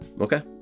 okay